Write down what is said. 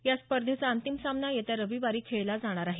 या स्पर्धेचा अंतिम सामना येत्या रविवारी खेळला जाणार आहे